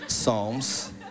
Psalms